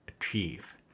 achieve